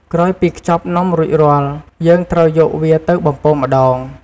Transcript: ក្រោយពីខ្ចប់នំរួចរាល់ យើងត្រូវយកវាទៅបំពងម្ដង។